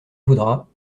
voudra